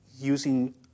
using